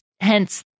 hence